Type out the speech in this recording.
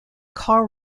karl